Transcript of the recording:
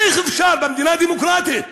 איך אפשר במדינה דמוקרטית?